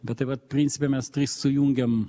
bet tai vat principe mes sujungiam